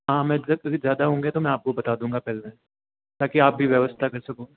हाँ मैं एग्ज़ैक्ट भी ज़्यादा होंगे तो मैं आपको बता दूंगा पहले ताकि आप भी व्यवस्था कर सको